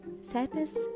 Sadness